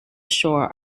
shore